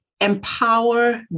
empower